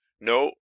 No